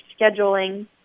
scheduling